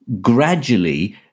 gradually